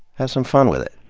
have some fun with it.